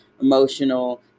emotional